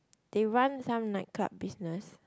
they run some nightclub business